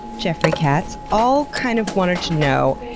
jeffrey katz, all kind of wanted to know,